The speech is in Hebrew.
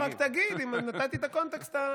לא, רק תגיד אם נתתי את הקונטקסט ההולם.